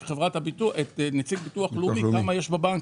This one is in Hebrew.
את נציג הביטוח הלאומי כמה יש בבנקים.